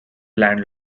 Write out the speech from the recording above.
land